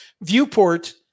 Viewport